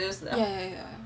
yeah yeah yeah